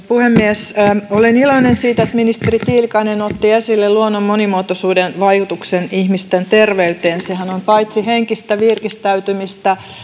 puhemies olen iloinen siitä että ministeri tiilikainen otti esille luonnon monimuotoisuuden vaikutuksen ihmisten terveyteen paitsi että se on henkistä virkistäytymistä